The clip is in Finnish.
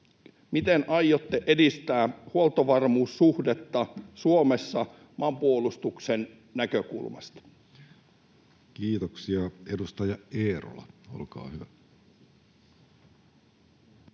miten aiotte edistää huoltovarmuussuhdetta Suomessa maanpuolustuksen näkökulmasta? [Speech 394] Speaker: